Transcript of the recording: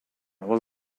was